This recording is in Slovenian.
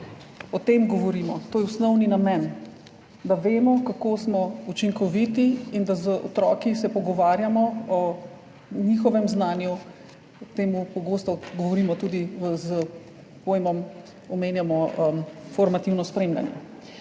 O tem govorimo, to je osnovni namen, da vemo, kako smo učinkoviti in da se z otroki pogovarjamo o njihovem znanju, o tem pogosto govorimo, omenjamo tudi s pojmom, to je formativno spremljanje.